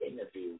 interview